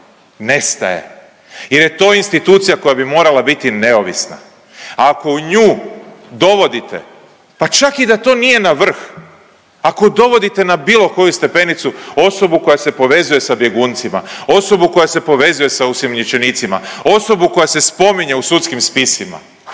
Nestaje, jer je to institucija koja bi morala biti neovisna, a ako u nju dovodite, pa čak i da to nije na vrh, ako dovodite na bilo koju stepenicu osobu koja se povezuje sa bjeguncima, osobu koja se povezuje s osumnjičenicima, osobu koja se spominje u sudskim spisima,